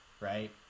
right